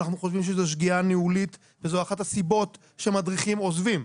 אנחנו חושבים שזה שגיאה ניהולית וזו אחת הסיבות שמדריכים עוזבים,